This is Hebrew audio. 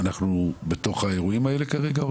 אנחנו בתוך האירועים האלה כרגע או